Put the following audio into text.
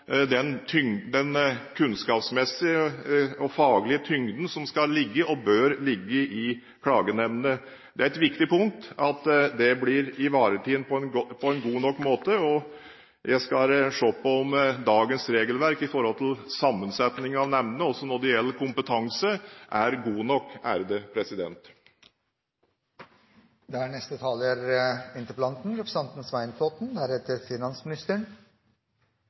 den kunnskapsmessige og faglige tyngden som skal og bør ligge i klagenemndene. Det er et viktig punkt at det blir ivaretatt på en god nok måte, og jeg skal se på om dagens regelverk for sammensetning av nemndene, også når det gjelder kompetanse, er godt nok. Takk for svaret til statsråden. Vårt forskjellige utgangspunkt beror egentlig på at finansministeren